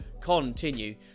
continue